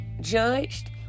judged